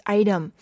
item